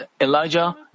Elijah